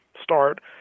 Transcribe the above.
start